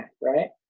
right